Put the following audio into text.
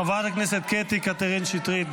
איך אתה מעז להגיד את זה --- חבר הכנסת קטי קטרין שטרית,